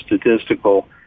statistical